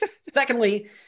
Secondly